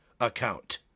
account